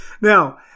Now